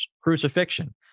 crucifixion